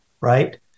right